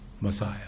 messiah